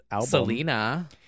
Selena